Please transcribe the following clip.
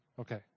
Okay